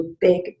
big